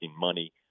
money